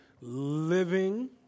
living